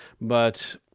but-